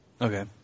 Okay